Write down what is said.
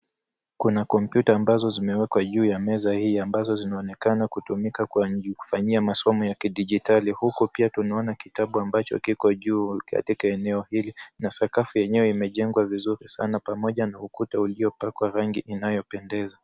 Kuna kompyuta ambazo zimewekwa juu ya meza hii ambazo zinaonekana kutumika kufanyia masomo ya kidigitali. Huku pia tunaona kitabu ambacho kiko juu katika eneo hili na sakafu enyewe imejengwa vizuri sana pamoja na ukuta uliopakwa rangi inayopendeza.